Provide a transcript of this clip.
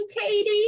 Katie